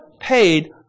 paid